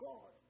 God